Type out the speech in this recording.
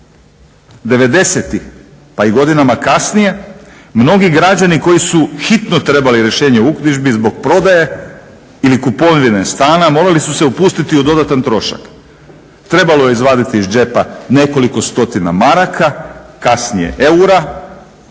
'90-ih pa i godinama kasnije mnogi građani koji su hitno trebali rješenje o uknjižbi zbog prodaje ili kupovine stana morali su se upustiti u dodatan trošak. Trebalo je izvaditi iz džepa nekoliko stotina maraka, kasnije eura,